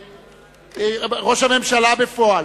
ראש הממשלה בפועל,